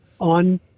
on